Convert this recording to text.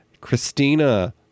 Christina